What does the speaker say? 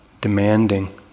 demanding